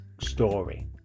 story